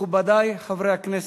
מכובדי חברי הכנסת,